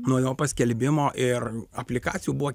nuo jo paskelbimo ir aplikacijų buvo